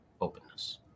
openness